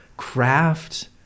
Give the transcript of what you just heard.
craft